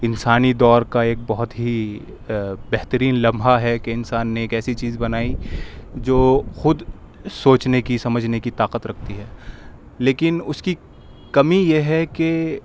انسانی دور کا ایک بہت ہی بہترین لمحہ ہے کہ انسان نے ایک ایسی چیز بنائی جو خود سوچنے کی سمجھنے کی طاقت رکھتی ہے لیکن اس کی کمی یہ ہے کہ